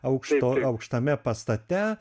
aukšto aukštame pastate